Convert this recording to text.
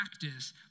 practice